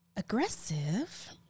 Aggressive